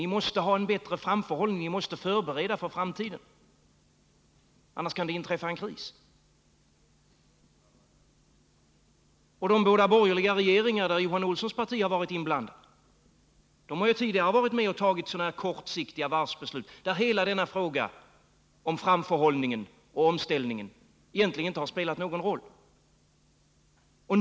Ni måste ha en bättre framförhållning. Ni måste förbereda för framtiden, annars kan det inträffa en kris. De båda borgerliga regeringar där Johan Olssons parti har varit inblandat har tidigare varit med och fattat kortsiktiga varvsbeslut, där hela denna fråga om framförhållningen och omställningen egentligen inte har spelat någon roll.